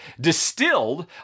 Distilled